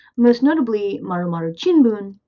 most notably maru maru chinbun,